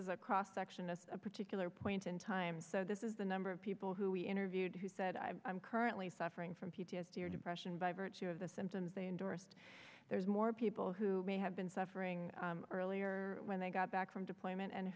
is a cross section of a particular point in time so this is the number of people who we interviewed who said i'm currently suffering from p t s d or depression by virtue of the symptoms they endorsed there's more people who may have been suffering earlier when they got back from deployment and